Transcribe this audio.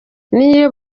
niyo